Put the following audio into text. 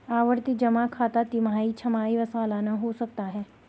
आवर्ती जमा खाता तिमाही, छमाही व सलाना हो सकता है